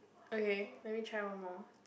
okay let me try one more